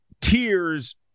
tears